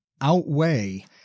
outweigh